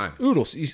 Oodles